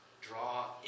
Draw